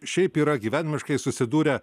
šiaip yra gyvenimiškai susidūrę